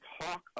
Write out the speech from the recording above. talk